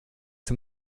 zum